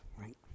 Right